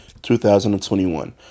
2021